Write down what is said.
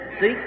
See